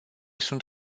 sunt